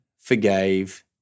forgave